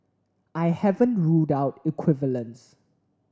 I haven't ruled out equivalence